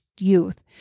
youth